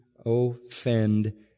Offend